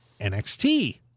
NXT